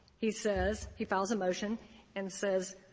he says he files a motion and says,